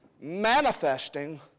manifesting